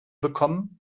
bekommen